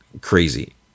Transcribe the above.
crazy